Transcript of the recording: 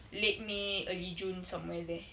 late may early june somewhere there